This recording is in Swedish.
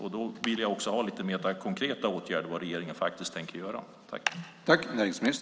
Då vill jag också lite mer konkret få veta vilka åtgärder regeringen faktiskt tänker vidta.